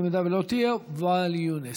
אם לא תהיה, ואאל יונס.